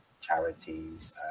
charities